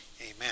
Amen